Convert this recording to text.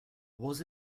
was